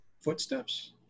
footsteps